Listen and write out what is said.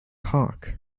hawk